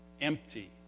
empty